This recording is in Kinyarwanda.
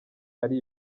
ari